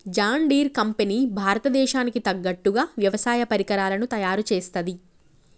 John Deere company భారత దేశానికి తగ్గట్టుగా వ్యవసాయ పరికరాలను తయారుచేస్తది